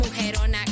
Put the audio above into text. Mujerona